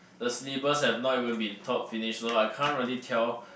the slippers have not even been taught finish loh I can't really tell